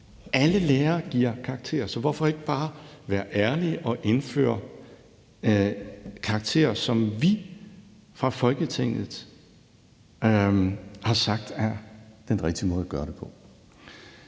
Alle lærere giver karakterer, så hvorfor ikke bare være ærlige og indføre karakterer, som vi fra Folketingets side har sagt er den rigtige måde at gøre det på?